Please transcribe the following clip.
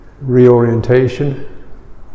reorientation